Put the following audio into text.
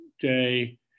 day